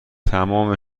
تمام